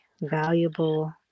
valuable